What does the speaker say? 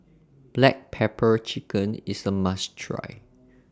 Black Pepper Chicken IS A must Try